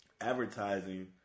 advertising